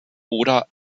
oder